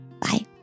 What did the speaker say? Bye